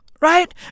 Right